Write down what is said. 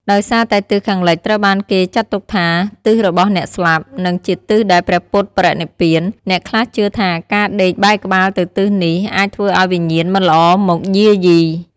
ដោយសារតែទិសខាងលិចត្រូវបានគេចាត់ទុកជា "ទិសរបស់អ្នកស្លាប់" និងជាទិសដែលព្រះពុទ្ធបរិនិព្វាន អ្នកខ្លះជឿថាការដេកបែរក្បាលទៅទិសនេះអាចធ្វើឱ្យវិញ្ញាណមិនល្អមកយាយី។